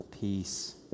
Peace